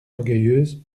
orgueilleuse